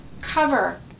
cover